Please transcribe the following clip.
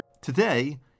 Today